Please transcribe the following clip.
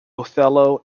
othello